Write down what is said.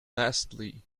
lastly